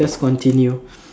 just continue